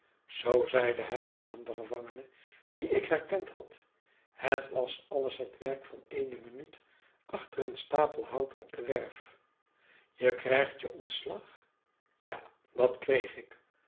zoo zeide hij hernam de gevangene dien ik herkend had het was alles het werk van eene minuut achter een stapel hout op de werf je krijgt je ontslag ja dat kreeg ik